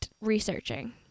researching